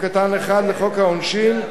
לחוק העונשין,